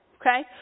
okay